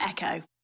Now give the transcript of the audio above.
Echo